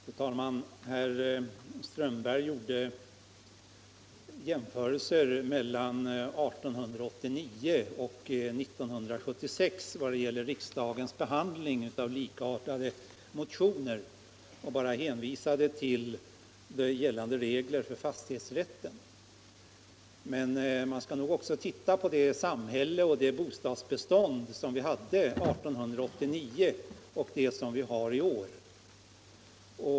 Fru talman! Herr Strömberg i Botkyrka gjorde jämförelser mellan 1889 och 1976 i vad gäller riksdagens behandling av likartade motioner och bara hänvisade till gällande regler i fråga om fastighetsrätten. Men man skall nog också titta på det samhälle och det bostadsbestånd som vi hade 1889 och det som vi har i år.